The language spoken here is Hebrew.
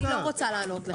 אני לא רוצה לענות לך.